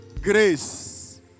grace